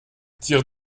tire